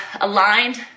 aligned